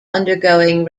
undergoing